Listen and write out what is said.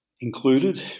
included